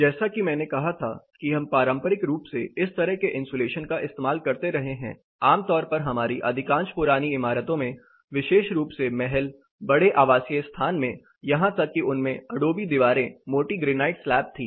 जैसा कि मैंने कहा था कि हम पारंपरिक रूप से इस तरह के इंसुलेशन का इस्तेमाल करते रहे हैं आमतौर पर हमारी अधिकांश पुरानी इमारतों में विशेष रूप से महल बड़े आवासीय स्थान में यहां तक कि उनमें अडोबी दीवारें मोटी ग्रेनाइट स्लैब थी